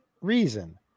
reason